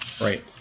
Right